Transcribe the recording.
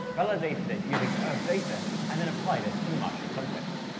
validated it using earth data, and then applied it to the martian context.